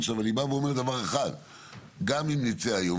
גם אם נצא היום,